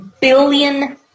billion